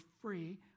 free